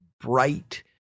bright